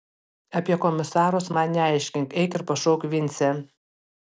apie komisarus man neaiškink eik ir pašauk vincę